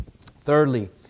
Thirdly